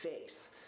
face